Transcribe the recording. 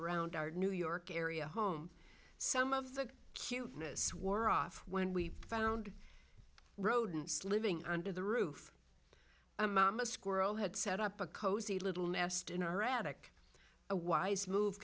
around our new york area home some of the cuteness wore off when we found rodents living under the roof a mama squirrel had set up a cozy little nest in our attic a wise move